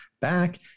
back